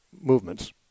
movements